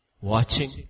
Watching